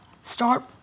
start